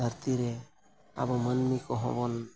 ᱫᱷᱟᱹᱨᱛᱤ ᱨᱮ ᱟᱵᱚ ᱢᱟᱹᱱᱢᱤ ᱠᱚᱦᱚᱸ ᱵᱚᱱ